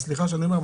אז סליחה שאני אומר,